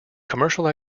commercial